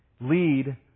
Lead